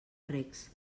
recs